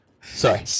Sorry